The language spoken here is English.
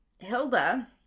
Hilda